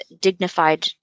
dignified